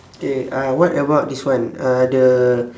K uh what about this one uh the